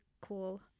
cool